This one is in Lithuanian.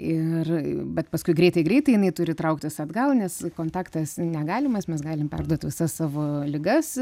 ir bet paskui greitai greitai jinai turi trauktis atgal nes kontaktas negalimas mes galim perduot visas savo ligas